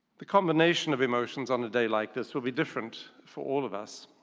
the combination of emotions on a day like this will be different for all of us.